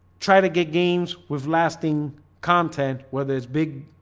try to get games with lasting content whether it's big